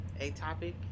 atopic